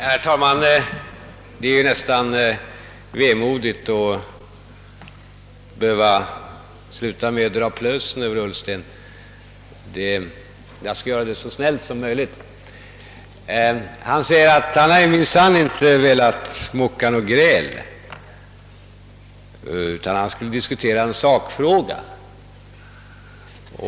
Herr talman! Det är nästan vemodigt att behöva sluta med att dra plösen Över herr Ullsten. Jag skall göra det så snällt som möjligt. Han säger att han har minsann inte velat mucka något gräl utan han skulle diskutera en sakfråga.